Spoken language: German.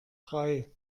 drei